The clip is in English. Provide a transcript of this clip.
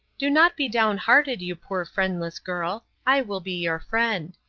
do not be downhearted, you poor friendless girl i will be your friend.